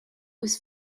was